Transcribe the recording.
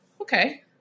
Okay